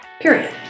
Period